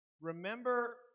Remember